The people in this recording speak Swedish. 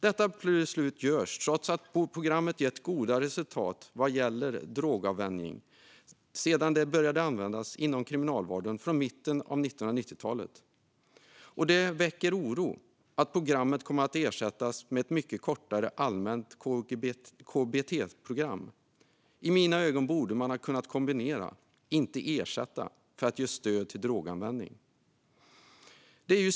Detta beslut görs trots att programmet gett goda resultat vad gäller drogavvänjning sedan det började användas inom kriminalvården i mitten av 1990-talet. Det väcker oro att programmet kommer att ersättas med ett mycket kortare allmänt KBT-program. I mina ögon borde man ha kunnat kombinera, inte ersätta, programmet för att ge stöd till drogavvänjning.